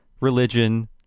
religion